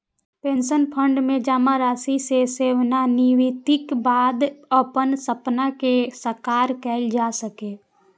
pension fund मे जमा राशि सं सेवानिवृत्तिक बाद अपन सपना कें साकार कैल जा सकैए